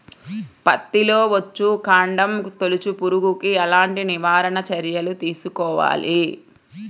పత్తిలో వచ్చుకాండం తొలుచు పురుగుకి ఎలాంటి నివారణ చర్యలు తీసుకోవాలి?